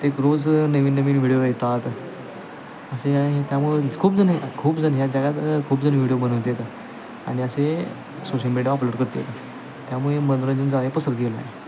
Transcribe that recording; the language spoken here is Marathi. ते रोज नवीन नवीन व्हिडिओ येतात असे आहे त्यामुळे खूप जणं खूप जणं ह्या जगात खूप जणं व्हिडिओ बनवतात आणि असे सोशल मीडिया अपलोड करतात त्यामुळे मनोरंजन जाळे पसरत गेलं आहे